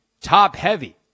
top-heavy